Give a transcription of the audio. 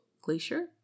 glacier